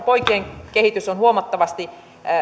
poikien kehitys on huomattavasti